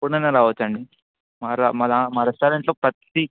ఎప్పుడైనా రావచ్చు అండి మార మాల్లా మా రెస్టారెంట్లో ప్రతీ